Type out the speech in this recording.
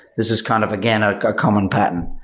this is kind of, again, a ah common pattern.